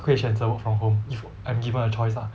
会选择 from home if I'm given a choice lah